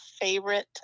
favorite